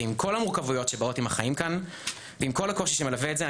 ועם כל המורכבויות שבאות עם החיים כאן ועם כל הקושי שמלווה את זה,